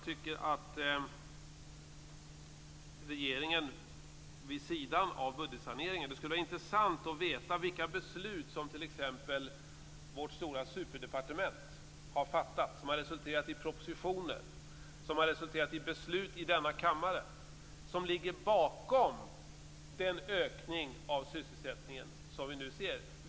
Det skulle vara intressant att veta vilka beslut som t.ex. vårt stora superdepartement har fattat som har resulterat i propositioner som i sin tur har resulterat i beslut i denna kammare som ligger bakom den ökning av sysselsättningen som vi nu ser.